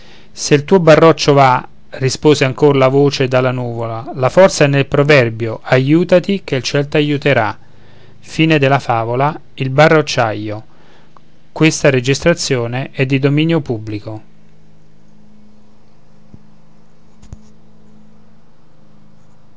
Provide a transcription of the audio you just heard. se il tuo baroccio va rispose ancor la voce dalla nuvola la forza è nel proverbio aiutati che il iel ti aiuterà e io la e a